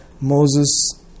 Moses